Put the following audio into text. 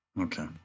Okay